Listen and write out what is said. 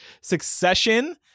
Succession